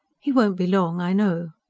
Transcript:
he won't be long, i know.